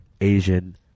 Asian